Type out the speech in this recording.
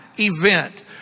event